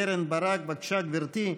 חברת הכנסת קרן ברק, בבקשה, גברתי.